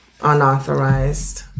unauthorized